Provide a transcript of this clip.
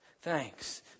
Thanks